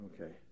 Okay